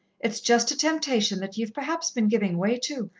it's just a temptation, that ye've perhaps been giving way to,